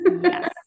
Yes